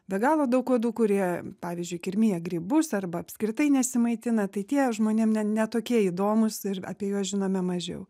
be galo daug uodų kurie pavyzdžiui kirmija grybus arba apskritai nesimaitina tai tie žmonėm ne tokie įdomūs ir apie juos žinome mažiau